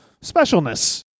specialness